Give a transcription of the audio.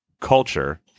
culture